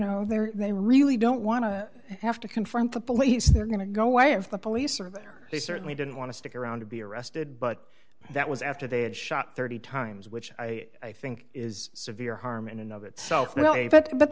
know they're they really don't want to have to confront the police they're going to go away if the police are better they certainly didn't want to stick around to be arrested but that was after they had shot thirty times which i think is severe harm in and of itself well but